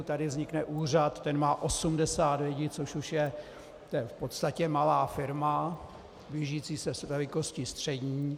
Tady vznikne úřad, ten má 80 lidí, což už je v podstatě malá firma blížící se velikostí střední.